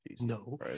No